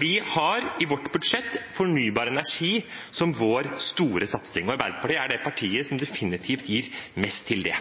Vi har i vårt budsjett fornybar energi som vår store satsing. Arbeiderpartiet er det partiet som definitivt gir mest til det.